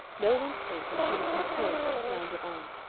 no one spoke, and she was impelled to flounder on.